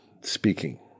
speaking